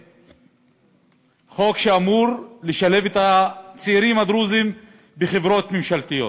חוק שאמור לשלב את הצעירים הדרוזים בחברות ממשלתיות,